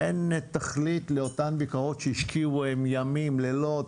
אין תכלית לאותן ביקורות שהשקיעו ימים לילות,